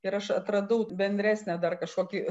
ir aš atradau bendresnę dar kažkokį